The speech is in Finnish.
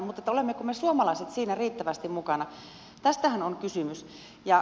mutta olemmeko me suomalaiset siinä riittävästi mukana tästähän on kysymys